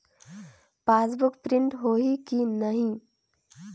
Passbook print होही कि नहीं?